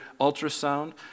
ultrasound